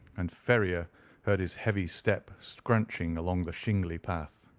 and ferrier heard his heavy step scrunching along the shingly path.